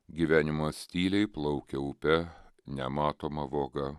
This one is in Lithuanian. gyvenimas tyliai plaukia upe nematoma voga